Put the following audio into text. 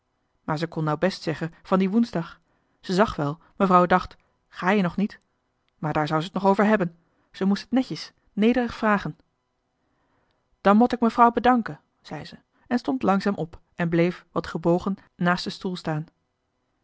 deftige dorp kon nou best zeggen van die woensdag ze zag wel mevrouw dacht ga je nog niet maar daar zou ze t nog over hebben ze moest het netjes nederig vragen dan mo t ek mefrau bedanke zei ze en stond langzaam op en bleef wat gebogen naast den stoel staan